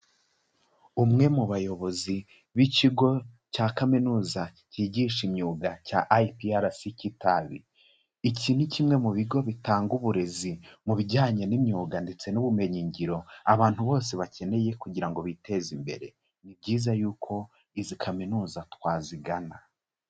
Umwe mu bayobozi b'ikigo cya kaminuza kigisha imyuga cya IPRC Kitabi. Iki ni kimwe mu bigo bitanga uburezi mu bijyanye n'imyuga ndetse n'ubumenyingiro, abantu bose bakeneye kugira ngo biteze imbere. Ni byiza yuko izi kaminuza twazigana.